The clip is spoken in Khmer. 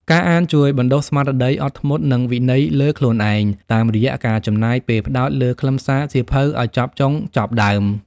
ការអានជួយបណ្ដុះស្មារតីអត់ធ្មត់ និងវិន័យលើខ្លួនឯង តាមរយៈការចំណាយពេលផ្ដោតលើខ្លឹមសារសៀវភៅឱ្យចប់ចុងចប់ដើម។